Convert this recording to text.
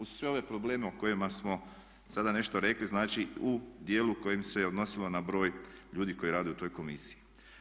Uz sve ove probleme o kojima smo sada nešto rekli, znači u dijelu koji se odnosio na broj ljudi koji rade u toj komisiji.